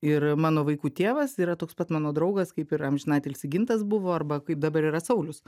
ir mano vaikų tėvas yra toks pat mano draugas kaip ir amžinatilsį gintas buvo arba kaip dabar yra saulius